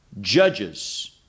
judges